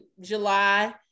July